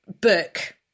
book